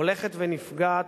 הולכת ונפגעת,